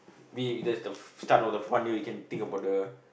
be with that the start of the one year you can think about the